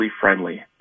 friendly